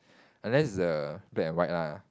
unless it's a black and white lah